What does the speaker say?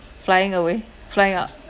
flying away flying out